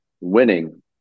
winning